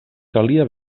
calia